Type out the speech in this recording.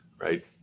right